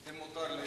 אם מותר לי,